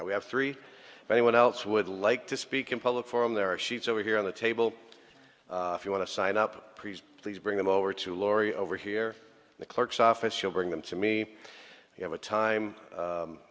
we have three anyone else would like to speak in public forum there are sheets over here on the table if you want to sign up please bring them over to laurie over here the clerk's office will bring them to me you have a time